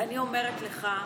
ואני אומרת לך,